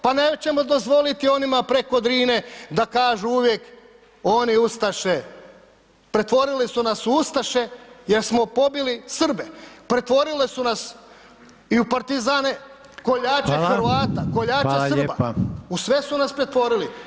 Pa nećemo dozvoliti onima preko Drine da kažu uvijek, oni ustaše, pretvorili su nas u ustaše jer smo pobili Srbe, pretvorili su nas i u partizane koljače Hrvata, koljače Srba u sve su nas pretvorili.